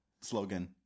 slogan